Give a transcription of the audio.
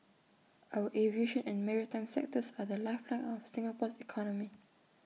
our aviation and maritime sectors are the lifeline of Singapore's economy